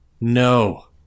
No